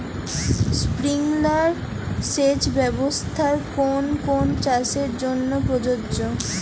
Sprinkler সেচ ব্যবস্থার কোন কোন চাষের জন্য প্রযোজ্য?